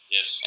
Yes